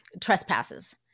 trespasses